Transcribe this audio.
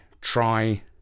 try